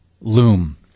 loom